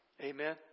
Amen